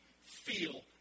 feel